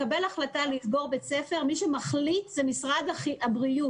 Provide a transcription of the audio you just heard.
מי שמחליט על סגירת בית ספר זה משרד הבריאות.